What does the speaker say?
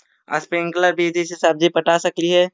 Sprinkle विधि से सब्जी पटा सकली हे?